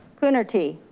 coonerty?